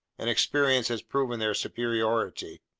and experience has proven their superiority.